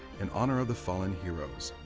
in honor of the fallen heroes.